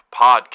Podcast